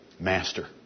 Master